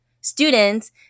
students